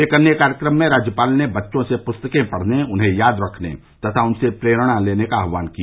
एक अन्य कार्यक्रम में राज्यपाल ने बच्चों से पुस्तकें पढ़ने उन्हें याद रखने तथा उनसे प्रेरणा लेने का आह्वान किया